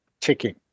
ticking